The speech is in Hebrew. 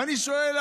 ואני שואל,